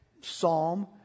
psalm